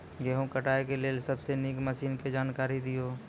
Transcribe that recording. गेहूँ कटाई के लेल सबसे नीक मसीनऽक जानकारी दियो?